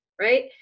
right